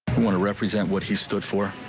want to represent what he stood for,